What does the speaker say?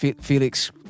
Felix